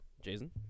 Jason